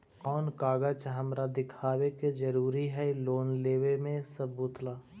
कौन कागज हमरा दिखावे के जरूरी हई लोन लेवे में सबूत ला?